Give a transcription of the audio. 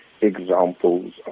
examples